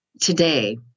today